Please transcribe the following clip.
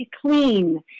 clean